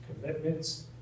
commitments